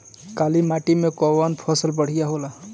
काली माटी मै कवन फसल बढ़िया होला?